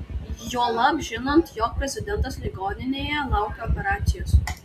juolab žinant jog prezidentas ligoninėje laukia operacijos